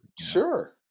Sure